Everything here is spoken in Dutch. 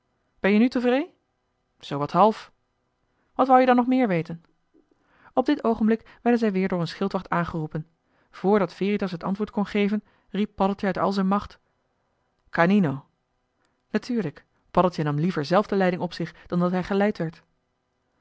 ben-je nu tevree zoowat half wat wou je dan nog meer weten op dit oogenblik werden zij weer door een schildwacht aangeroepen voor dat veritas het antwoord kon geven riep paddeltje uit al zijn macht canino natuurlijk paddeltje nam liever zelf de leiding op zich dan dat hij geleid werd